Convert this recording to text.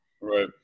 Right